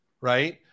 right